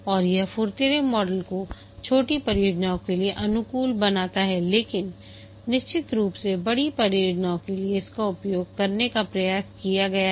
और यह फुर्तीले मॉडल को छोटी परियोजनाओं के लिए अनुकूल बनाता हैलेकिन निश्चित रूप से बड़ी परियोजनाओं के लिए इसका उपयोग करने का प्रयास किया गया है